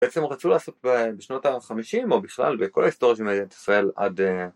בעצם הוא רצו לעשות בשנות ה-50 או בכלל בכל ההיסטוריה של מדינת ישראל עד...